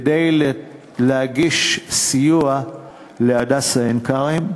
כדי להגיש סיוע ל"הדסה עין-כרם".